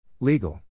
Legal